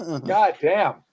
Goddamn